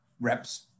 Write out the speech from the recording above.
reps